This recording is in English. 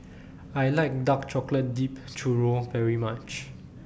I like Dark Chocolate Dipped Churro very much